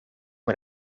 een